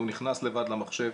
נכנס לבד למחשב,